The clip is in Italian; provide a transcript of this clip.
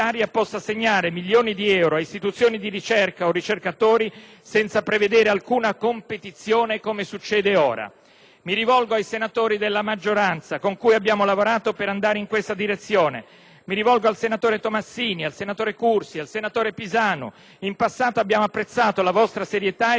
senza prevedere alcuna competizione, come succede ora. Mi rivolgo ai senatori della maggioranza con cui abbiamo lavorato per andare in questa direzione. Mi rivolgo ai senatori Tomassini, Cursi e Pisanu: in passato abbiamo apprezzato la vostra serietà e determinazione e sono certo che anche voi ricorderete gli sforzi che abbiamo